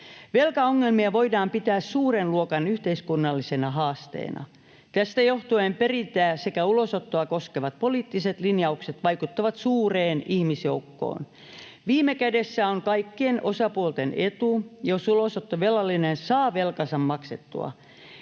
Velkaongelmia voidaan pitää suuren luokan yhteiskunnallisena haasteena. Tästä joh-tuen perintää sekä ulosottoa koskevat poliittiset linjaukset vaikuttavat suureen ihmisjoukkoon. Viime kädessä on kaikkien osapuolten etu, jos ulosottovelallinen saa velkansa maksettua.